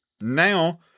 Now